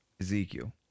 Ezekiel